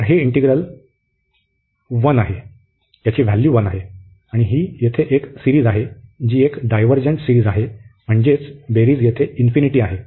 तर हा इंटिग्रल 1 आहे आणि ही येथे एक सिरिज आहे जी एक डायव्हर्जंट सिरिज आहे म्हणजेच बेरीज येथे इन्फिनिटी आहे